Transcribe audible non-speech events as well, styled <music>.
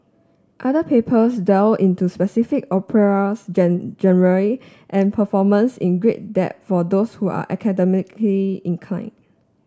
other papers dwell into specific operas <unintelligible> and performance in great depth for those who are academically incline